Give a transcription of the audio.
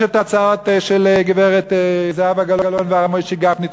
יש ההצעות של גברת זהבה גלאון והרב משה גפני,